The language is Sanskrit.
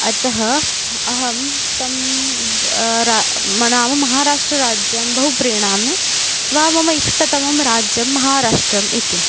अतः अहं तं ब रा मनावु महाराष्ट्रराज्यं बहु प्रीणामि वा मम इष्टतमं राज्यं महाराष्ट्रम् इति